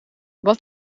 wat